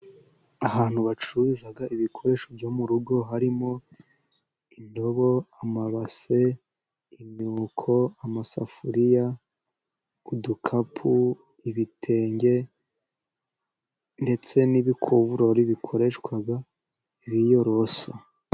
Ahantu bacururiza ibikoresho byo mu rugo, harimo indobo, amabase, imyuko, amasafuriya, udukapu, ibitenge, ndetse n'ibikuvurori, bikoreshwa biyorosa.